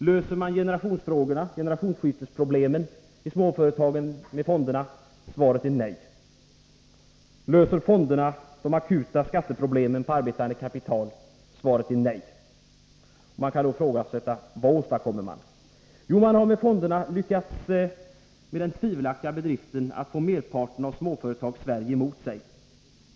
Löser man med fonderna generationsskiftesproblem i småföretagen? Svaret är nej. Löser fonderna de akuta skatteproblemen i vad gäller arbetande kapital? Svaret är nej. Jag vill då ifrågasätta vad fonderna åstadkommer. Jo, man har med förslaget om fonderna lyckats med den tvivelaktiga bedriften att få merparten av Småföretagarsverige emot sig.